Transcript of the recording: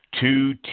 two